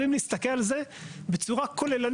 זה כבר אמר חיים רמון,